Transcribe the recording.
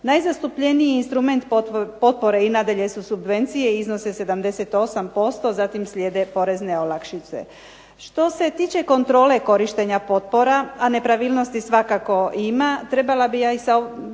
Najzastupljeniji instrument potpore i nadalje su subvencije i iznose 78%, zatim slijede porezne olakšice. Što se tiče kontrole korištenja potpora, a nepravilnosti svakako ima, treba pozvati znači